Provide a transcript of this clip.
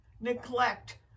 neglect